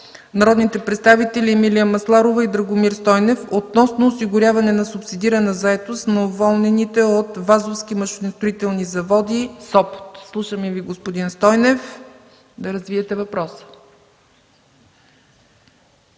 народните представители Емилия Масларова и Драгомир Стойнов относно осигуряване на субсидирана заетост на уволнените от Вазовските машиностроителни заводи – Сопот. Слушаме Ви, господин Стойнев, да развиете въпроса